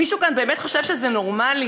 מישהו כאן באמת חושב שזה נורמלי?